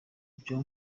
byo